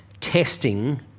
testing